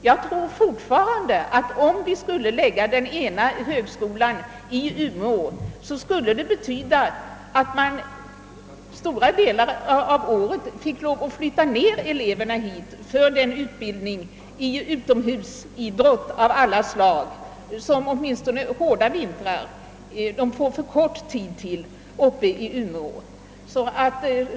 Jag tror fortfarande att om vi skulle lägga den ena högskolan i Umeå, så bleve det nödvändigt att under stora delar av året flytta ned eleverna hit för att de skulle kunna få den utbildning i utomhusidrott av alla slag som det åtminstone under hårda vintrar blir för kort tid till uppe i Umeå.